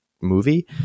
movie